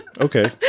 Okay